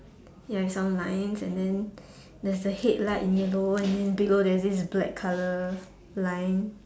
ya is some lines and then the there is the headlights yellow and then below there is this black colour line